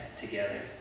together